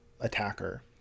attacker